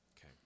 Okay